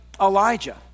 Elijah